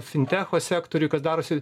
fintecho sektoriuj kas darosi